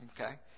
okay